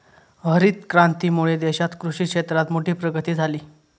हरीत क्रांतीमुळे देशात कृषि क्षेत्रात मोठी प्रगती झाली